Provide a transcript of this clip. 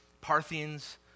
Parthians